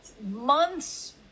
months